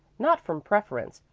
not from preference,